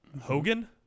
hogan